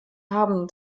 haben